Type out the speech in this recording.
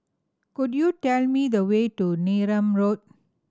could you tell me the way to Neram Road